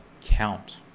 count